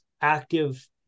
active